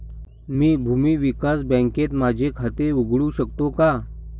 मी भूमी विकास बँकेत माझे खाते उघडू शकतो का?